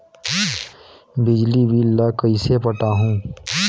बिजली बिल ल कइसे पटाहूं?